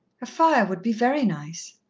a fire would be very nice.